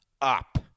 up